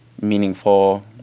meaningful